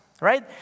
right